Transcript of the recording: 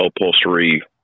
upholstery